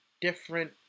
different